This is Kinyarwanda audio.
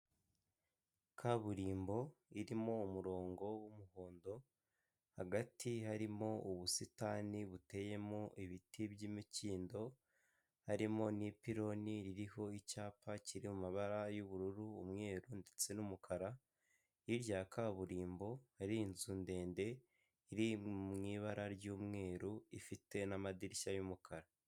Kaburimbo irimo umurongo w'umuhondo, hagati harimo ubusitani buteyemo ibiti by'imikindo, harimo n'ipironi ririho icyapa kiri mu mabara y'ubururu, umweru ndetse n'umukara. Hirya ya kaburimbo hari inzu ndende iri mu ibara ry'umweru ifite n'amadirishya y'umukara.